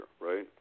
right